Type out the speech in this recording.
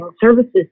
services